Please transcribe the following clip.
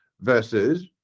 versus